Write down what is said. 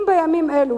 אם בימים אלו,